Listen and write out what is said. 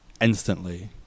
Instantly